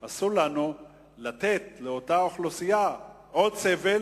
אסור לנו לגרום לאוכלוסייה הזאת עוד סבל